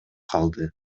калды